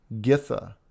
Githa